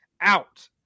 out